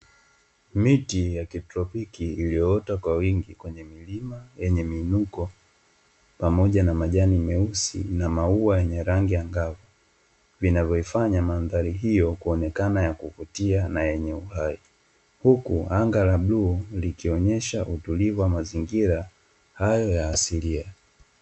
Miti ya kitropiki iliyoota kwa wingi kwenye milima yenye miinuko pamoja na majani meusi na maua yenye rangi angavu, vinavoifanya mandhari hiyo kuonekana ya kuvutia na yenye uhai. Huku anga la bluu likionyesha utulivu wa mazingira hayo ya asilia.